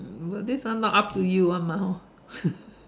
um but this one not up to you [one] lah hor